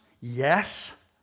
yes